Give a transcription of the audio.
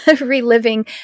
reliving